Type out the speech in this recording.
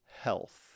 health